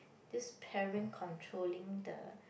this parent controlling the